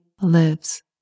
lives